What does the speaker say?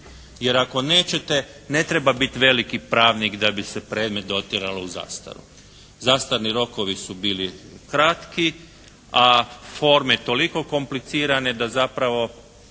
jer ako nećete ne treba biti veliki pravnik da bi se predmet dotjeralo u zastaru. Zastarni rokovi su bili kratki, a forme toliko komplicirane da zapravo